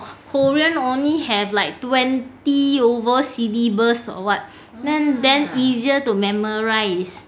korean only have like twenty over syllabus or what then easier to memorise